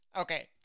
Okay